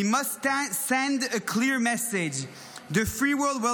We must send a clear message: the free world will